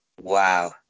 wow